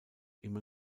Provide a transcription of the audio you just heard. immer